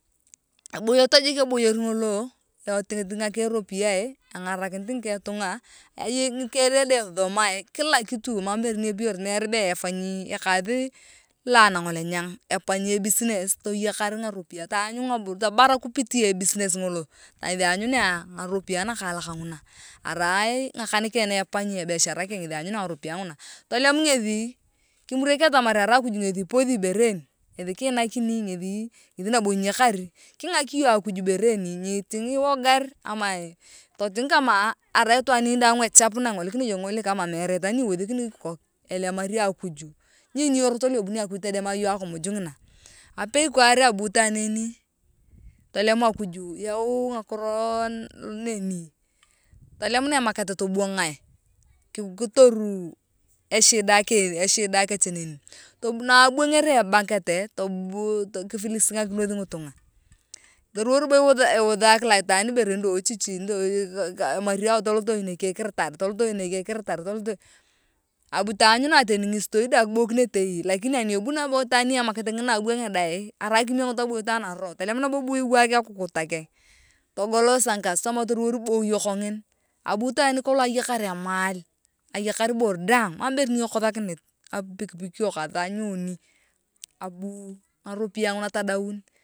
Eboyoto jik eboyor ngolo etengit ngake rupeae engarakinit ngike tunga ngike dee dang ethithomae kila kitu mam ibore ni epeyori meere be epanyi e kaath loa nanolenyang epanyi e business toyokar ngaropiae taanyu tabar kupitia e business ngolo ngethi aanyunea ngaropiae nakalaak nguna arai ngakan keng na epenyia e biashara keng ngethi aanyunea ngaropiae nguna. Tolem ngethi kimunak atamar arai akuj ngethi ipothi ibore een ngethi kiinakini ngethi nabo inyakari kiingak iyong akuj ibere een nyiting ewagar ama toting kama arai itwaan en daang echap naingolikunea iyong kingolik kama meere itwaan ni ewethikini kikok ilemari akuj nyiyeni iyong erot lo ebunio akaj kitodema iyong akimujngina apei kwaar abu itwaan entolem akuj yau ngakiro neni tolemunae e market tobuangae kitor eshida kech neni buuu na abwong’ere e market abuuu kifilisinga kinos ngitunga toruwor robo iwuutahi kila itwaan ibore nido chichi ndiooo ooo emariao tolotoi abu taanyunae teni ngistoo dae kiboikinetei lakini ani abwangia dang arai kimie ngitunga kiboyoto anaroo tolem nabo bu kiwaak eukuta keng togolo sasa ngikastomae toruwor eboyi kongin abu itwaan nikolong ayakar emaal ayakar ebore daang mam ibore ni ekosakanit ngapikipikio kathaa nyoui abu ngarupiae nguua tadaun.